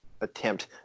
attempt